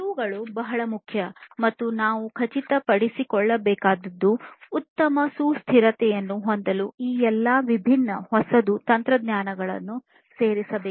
ಇವುಗಳು ಬಹಳ ಮುಖ್ಯ ಮತ್ತು ನಾವು ಖಚಿತಪಡಿಸಿಕೊಳ್ಳಬೇಕಾದದ್ದು ಉತ್ತಮ ಸುಸ್ಥಿರತೆಯನ್ನು ಹೊಂದಲು ಈ ಎಲ್ಲಾ ವಿಭಿನ್ನ ಹೊಸದು ತಂತ್ರಜ್ಞಾನಗಳನ್ನು ಸೇರಿಸಬೇಕು